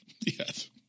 Yes